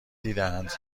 دیدهاند